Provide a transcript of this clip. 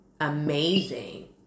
amazing